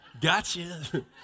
Gotcha